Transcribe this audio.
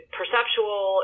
perceptual